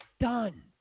Done